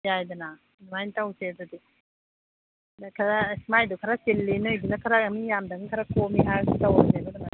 ꯌꯥꯤꯗꯅ ꯑꯗꯨꯃꯥꯏꯅ ꯇꯧꯁꯦ ꯑꯗꯨꯗꯤ ꯑꯗ ꯈꯔ ꯃꯥꯏꯗꯨ ꯈꯔ ꯆꯤꯜꯂꯤ ꯅꯣꯏꯗꯨꯅ ꯈꯔ ꯃꯤ ꯌꯥꯝꯗꯅꯤꯅ ꯈꯔ ꯀꯣꯝꯃꯤ ꯍꯥꯏꯔꯁꯨ ꯇꯧꯔꯁꯦꯕ ꯑꯗꯨꯃꯥꯏꯅ